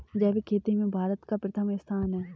जैविक खेती में भारत का प्रथम स्थान है